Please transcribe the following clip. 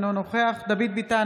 אינו נוכח דוד ביטן,